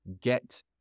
get